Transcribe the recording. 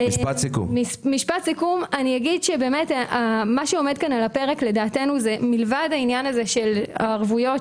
מה שעומד פה על הפרק לדעתנו מלבד העניין של הערבויות,